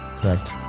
Correct